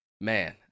man